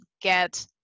get